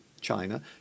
China